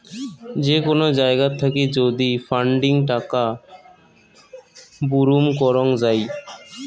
যে কোন জায়গাত থাকি যদি ফান্ডিং টাকা বুরুম করং যাই